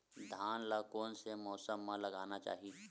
धान ल कोन से मौसम म लगाना चहिए?